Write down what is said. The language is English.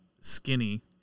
skinny